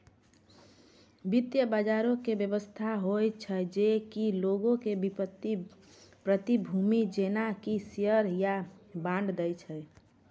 वित्त बजारो के व्यवस्था होय छै जे कि लोगो के वित्तीय प्रतिभूति जेना कि शेयर या बांड दै छै